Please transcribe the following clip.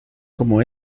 como